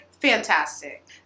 Fantastic